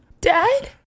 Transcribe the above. Dad